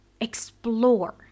explore